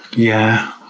yeah.